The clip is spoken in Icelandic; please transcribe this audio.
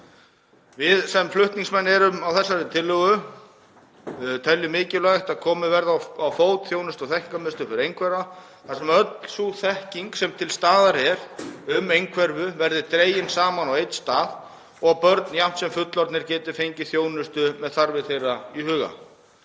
Við sem flutningsmenn erum á þessari tillögu teljum mikilvægt að komið verði á fót þjónustu- og þekkingarmiðstöð fyrir einhverfa þar sem öll sú þekking sem til er um einhverfu verði dregin saman á einn stað og börn jafnt sem fullorðnir geti fengið þjónustu með þeirra þarfir í huga.